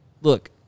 look